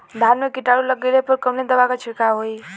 धान में कीटाणु लग गईले पर कवने दवा क छिड़काव होई?